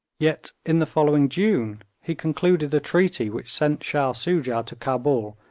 yet, in the following june, he concluded a treaty which sent shah soojah to cabul,